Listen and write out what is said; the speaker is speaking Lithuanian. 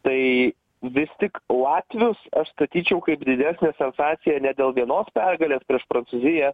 tai vis tik latvius aš statyčiau kaip didesnę sensaciją ne dėl vienos pergalės prieš prancūziją